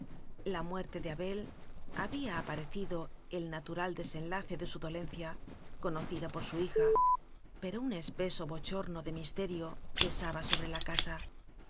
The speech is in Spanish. la muerte de abel había apare cido el natural desenlace de su dolencia co nocida por su hija pero un espeso bochorno de misterio pesaba sobre la casa